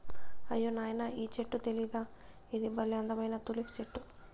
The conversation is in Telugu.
అయ్యో నాయనా ఈ చెట్టు తెలీదా ఇది బల్లే అందమైన తులిప్ చెట్టు